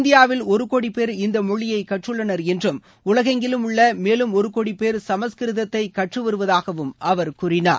இந்தியாவில் ஒரு கோடி பேர் இந்த மொழியை கற்றுள்ளனர் என்றும் உலகெங்கிலும் உள்ள மேலும் ஒரு கோடி பேர் சமஸ்கிருதத்தை கற்று வருவதாகவும் அவர் கூறினார்